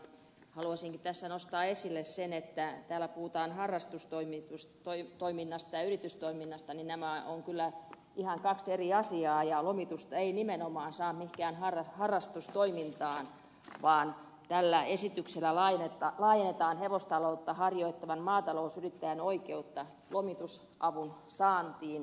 haluaisinkin tässä nostaa esille sen että kun täällä puhutaan harrastustoiminnasta ja yritystoiminnasta niin nämä ovat kyllä ihan kaksi eri asiaa ja lomitusta ei nimenomaan saa yhdistää mihinkään harrastustoimintaan vaan tällä esityksellä laajennetaan hevostaloutta harjoittavan maatalousyrittäjän oikeutta lomitusavun saantiin